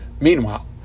Meanwhile